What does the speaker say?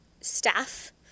staff